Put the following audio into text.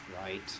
right